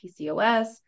PCOS